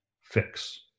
fix